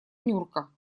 нюрка